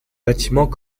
bâtiments